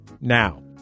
now